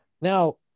Now